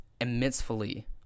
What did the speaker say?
immensely